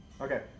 Okay